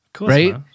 Right